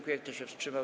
Kto się wstrzymał?